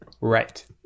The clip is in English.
Right